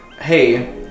hey